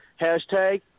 hashtag